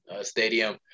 Stadium